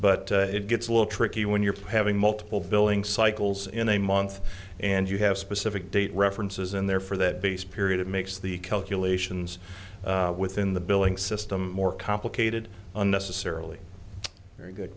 but it gets a little tricky when you're paving multiple billing cycles in a month and you have specific date references in there for that base period it makes the calculations within the billing system more complicated unnecessarily very good